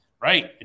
Right